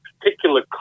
particular